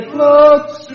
looks